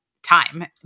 time